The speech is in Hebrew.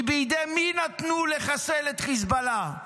כי בידי מי נתנו לחסל את חיזבאללה?